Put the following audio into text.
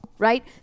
right